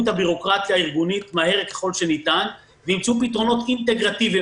את הבירוקרטיה הארגונית מהר ככל הניתן וימצאו פתרונות אינטגרטיביים.